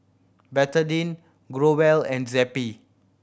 Betadine Growell and Zappy